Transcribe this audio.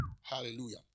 Hallelujah